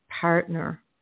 partner